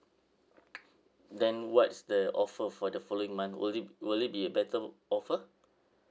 then what's the offer for the following month will it will it be a better offer